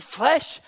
flesh